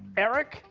erek,